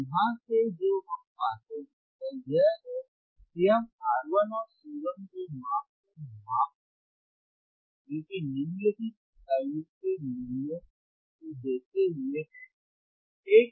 तो यहाँ से जो हम पाते हैं वह यह है कि हम R1 और C1 के मान को माप सकते हैं जो कि निम्नलिखित इकाइयों के मूल्यों को देखते हुए है